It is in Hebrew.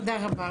תודה רבה.